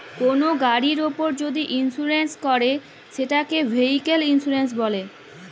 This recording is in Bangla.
কল গাড়ির উপর যদি ইলসুরেলস ক্যরে সেটকে ভেহিক্যাল ইলসুরেলস ব্যলে